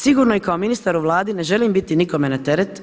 Sigurno kao ministar u Vladi ne želim biti nikome na teret.